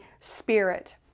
Spirit